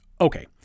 Okay